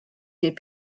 des